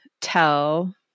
tell